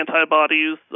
antibodies